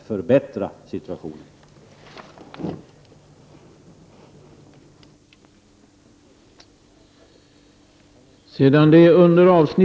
Kammaren övergick till att debattera avsnittet Vägväsende.